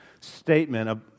statement